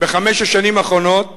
בחמש השנים הבאות